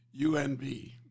UNB